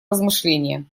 размышления